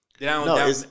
No